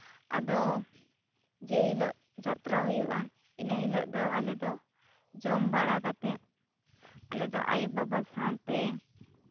ᱟᱫᱚ ᱡᱮᱦᱤᱞᱳᱜ ᱡᱟᱛᱨᱟ ᱦᱩᱭᱩᱜᱼᱟ ᱤᱱᱟᱹ ᱦᱤᱞᱳᱜ ᱫᱚ ᱟᱞᱮᱫᱚ ᱡᱚᱢ ᱵᱟᱲᱟ ᱠᱟᱛᱮᱫ ᱟᱞᱮ ᱫᱚ ᱟᱭᱳᱼᱵᱟᱵᱟ ᱥᱟᱶᱛᱮ